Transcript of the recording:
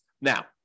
Now